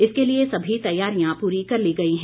इसके लिए सभी तैयारियां पूरी कर ली गई हैं